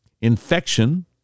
infection